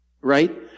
Right